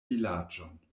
vilaĝon